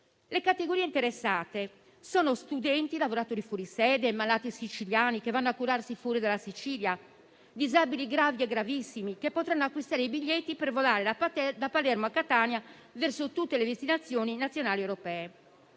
Le categorie interessate sono studenti, lavoratori fuori sede, malati siciliani che vanno a curarsi fuori dalla Sicilia o disabili gravi e gravissimi, che potranno acquistare i biglietti per volare da Palermo e da Catania verso tutte le destinazioni nazionali ed europee.